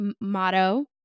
motto